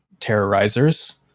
terrorizers